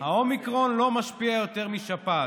האומיקרון לא משפיע יותר משפעת.